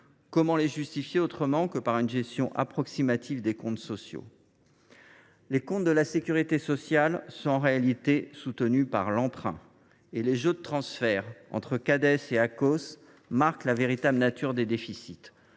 Comment les justifier autrement que par une gestion approximative des comptes sociaux ? Les comptes de la sécurité sociale sont en réalité soutenus par l’emprunt et les jeux de transfert entre la Cades et l’ex Acoss (Agence centrale des